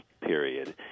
period